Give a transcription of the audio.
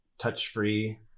touch-free